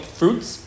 fruits